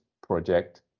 project